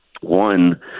One